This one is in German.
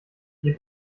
ihr